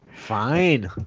fine